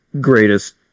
greatest